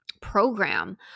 program